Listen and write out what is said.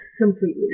Completely